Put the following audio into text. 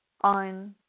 on